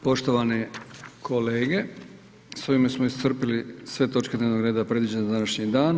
Poštovane kolege, s ovime smo iscrpili sve točke dnevnog reda predviđene za današnji dan.